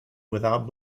without